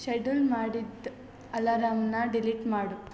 schedule ಮಾಡಿದ ಅಲರಾಮ್ನ delete ಮಾಡು